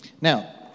Now